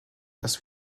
dass